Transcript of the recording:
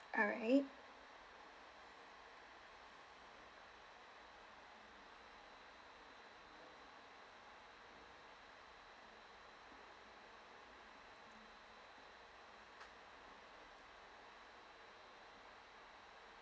alright